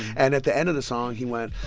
and at the end of the song, he went,